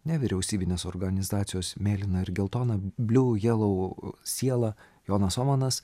nevyriausybinės organizacijos mėlyna ir geltona bliu jelou siela jonas omanas